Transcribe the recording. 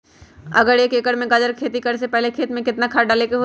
अगर एक एकर में गाजर के खेती करे से पहले खेत में केतना खाद्य डाले के होई?